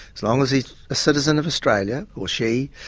as long as he's a citizen of australia or she,